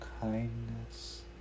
kindness